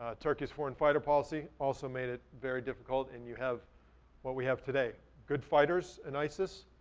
ah turkey's foreign fighter policy also made it very difficult and you have what we have today, good fighters in isis,